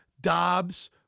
Dobbs